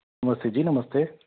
नमस्ते जी नमस्ते